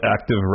active